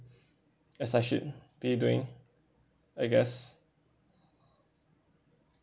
as I should be doing I guess